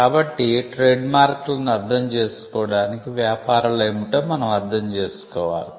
కాబట్టి ట్రేడ్మార్క్లను అర్థం చేసుకోవడానికి వ్యాపారాలు ఏమిటో మనం అర్థం చేసుకోవాలి